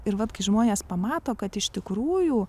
ir vat kai žmonės pamato kad iš tikrųjų